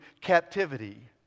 captivity